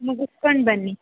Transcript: ಮುಗಿಸ್ಕೊಂಡ್ ಬನ್ನಿ